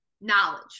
knowledge